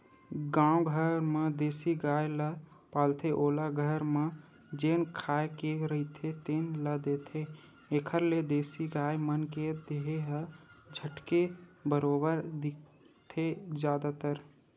गाँव घर म देसी गाय ल पालथे ओला घरे म जेन खाए के रहिथे तेने ल देथे, एखर ले देसी गाय मन के देहे ह झटके बरोबर दिखथे जादातर